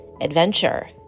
adventure